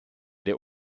der